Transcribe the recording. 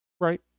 Right